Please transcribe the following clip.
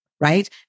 right